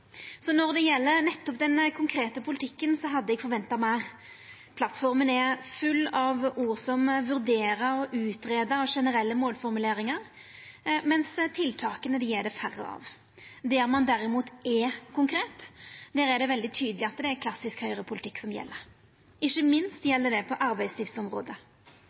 Så når det gjeld nettopp den konkrete politikken, hadde eg forventa meir. Plattforma er full av ord som vurdera og utgreia og generelle målformuleringar, mens tiltaka er det færre av. Der ein derimot er konkret, er det veldig tydeleg at det er klassisk høgrepolitikk som gjeld. Ikkje minst gjeld det på arbeidslivsområdet.